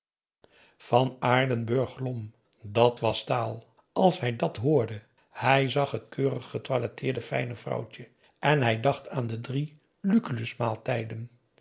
van aardenburg glom dàt was taal als hij dàt hoorde hij zag het keurig getoiletteerde fijne vrouwtje p a daum hoe hij raad van indië werd onder ps maurits en hij dacht aan de drie